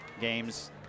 games